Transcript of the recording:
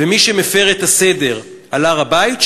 ומי שמפר את הסדר על הר-הבית,